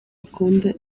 akunda